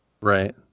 Right